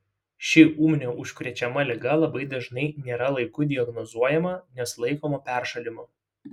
ši ūminė užkrečiama liga labai dažnai nėra laiku diagnozuojama nes laikoma peršalimu